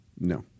no